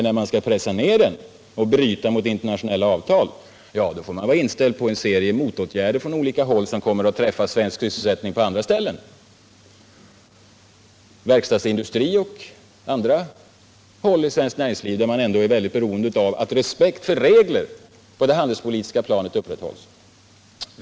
När man skall pressa ned den och bryta mot internationella avtal, får man vara inställd på — Nr 49 en serie motåtgärder från olika håll, som kommer att träffa svensk sysselsättning på andra områden, t.ex. inom verkstadsindustrin, där man är mycket beroende av att respekten för regler på det handelspolitiska ——— NR området upprätthålls.